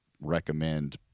recommend